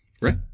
Right